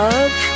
Love